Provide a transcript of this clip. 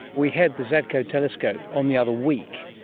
we had the zadko telescope on the other week,